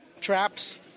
traps